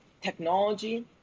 technology